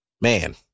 man